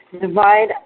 Divide